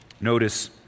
Notice